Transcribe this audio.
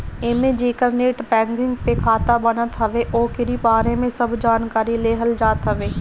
एमे जेकर net banking पे खाता बनत हवे ओकरी बारे में सब जानकारी लेहल जात हवे